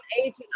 agent